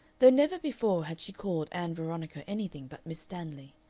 though never before had she called ann veronica anything but miss stanley,